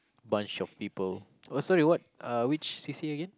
bunch of people oh so reward uh which c_c_a again